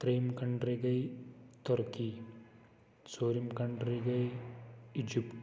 ترٛیٚیِم کنٛٹرٛی گٔے تُرکی ژوٗرِم کنٛٹرٛی گٔے اِجِپٹ